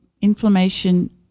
inflammation